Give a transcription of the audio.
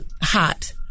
hot